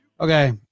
Okay